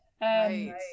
Right